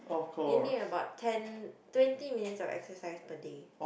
you need about ten twenty minutes of exercise per day